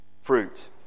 fruit